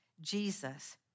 Jesus